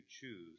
choose